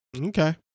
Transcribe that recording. Okay